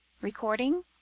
Recording